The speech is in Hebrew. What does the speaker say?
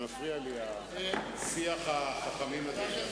מפריע לי שיח החכמים הזה כאן.